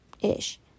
ish